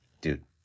dude